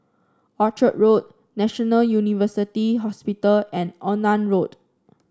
Orchard Road National University Hospital and Onan Road